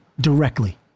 directly